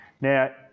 Now